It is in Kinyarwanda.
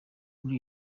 muri